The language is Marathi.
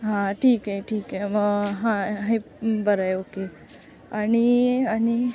हां ठीक आहे ठीक आहे मग हे बरं आहे ओके आणि आणि